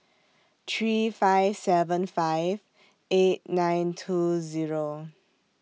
three five seven five eight nine two Zero